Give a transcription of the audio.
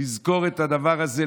לזכור את הדבר הזה,